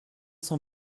cent